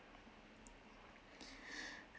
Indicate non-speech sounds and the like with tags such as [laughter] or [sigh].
[breath]